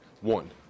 One